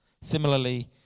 Similarly